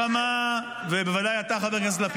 המלחמה ראש האופוזיציה הזהיר אתכם ואתם התעלמתם?